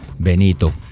Benito